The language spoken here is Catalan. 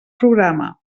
programa